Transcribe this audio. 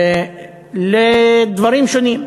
לדברים שונים,